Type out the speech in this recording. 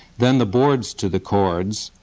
then the boards to the cords,